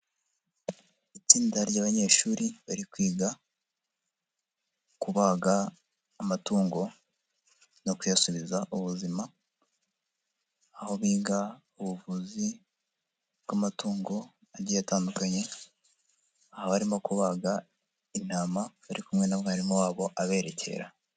Itsinda ry'abanyeshuri bari kwiga kubaga amatungo no kuyasubiza ubuzima, aho biga ubuvuzi bw'amatungo agiye atandukanye, aho barimo kubaga intama bari kumwe na mwarimu wabo aberekera.